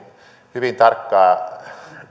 hyvin tarkkaa